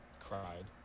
Cried